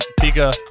bigger